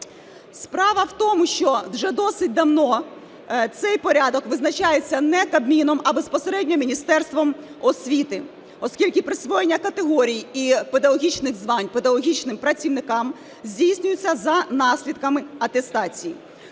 Справа в тому, вже досить давно цей порядок визначається не Кабміном, а безпосередньо Міністерством освіти, оскільки присвоєння категорій і педагогічних звань педагогічним працівникам здійснюється за наслідками атестації.